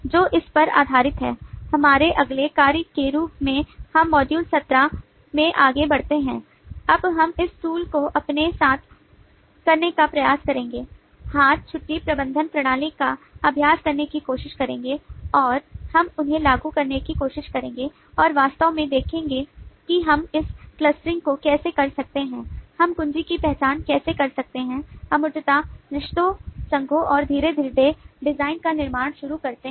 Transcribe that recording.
जो इस पर आधारित है हमारे अगले कार्य के रूप में हम module 17 में आगे बढ़ते हैं अब हम इस tool को अपने साथ करने का प्रयास करेंगे हाथ छुट्टी प्रबंधन प्रणाली का अभ्यास करने की कोशिश करेंगे और हम उन्हें लागू करने की कोशिश करेंगे और वास्तव में देखें कि हम इस क्लस्टरिंग को कैसे कर सकते हैं हम कुंजी की पहचान कैसे कर सकते हैं अमूर्तता रिश्तों संघों और धीरे धीरे डिजाइन का निर्माण शुरू करते हैं